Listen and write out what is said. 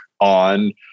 on